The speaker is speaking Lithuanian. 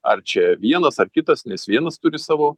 ar čia vienas ar kitas nes vienas turi savo